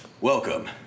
Welcome